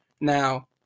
Now